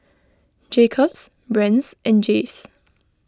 Jacob's Brand's and Jays